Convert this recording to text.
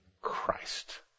Christ